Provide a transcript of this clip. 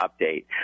update